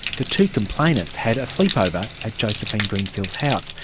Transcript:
the two complainants had a sleepover at josephine greensill's house,